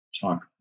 talk